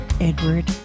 Edward